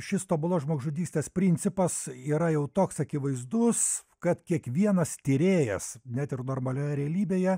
šis tobulos žmogžudystės principas yra jau toks akivaizdus kad kiekvienas tyrėjas net ir normalioje realybėje